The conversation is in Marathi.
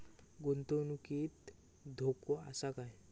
गुंतवणुकीत धोको आसा काय?